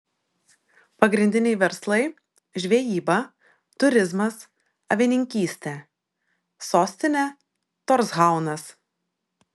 pagrindiniai verslai žvejyba turizmas avininkystė sostinė torshaunas